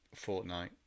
Fortnite